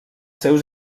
seus